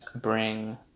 bring